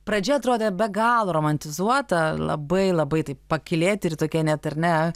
pradžia atrodė be galo romantizuota labai labai taip pakylėti ir tokie net ar ne